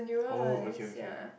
oh okay okay